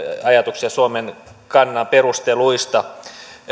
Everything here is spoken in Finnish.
ajatuksia suomen kannan perusteluista